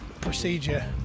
procedure